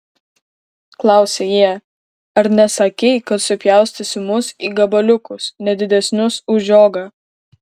klausė jie ar nesakei kad supjaustysi mus į gabaliukus ne didesnius už žiogą